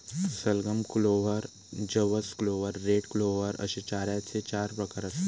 सलगम, क्लोव्हर, जवस clover, red clover अश्ये चाऱ्याचे चार प्रकार आसत